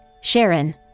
Sharon